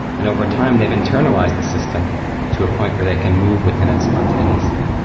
and over time they've internalised the system to a point where they can move within it spontaneously,